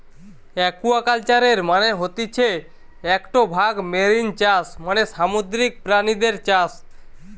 একুয়াকালচারের মানে হতিছে একটো ভাগ মেরিন চাষ মানে সামুদ্রিক প্রাণীদের চাষ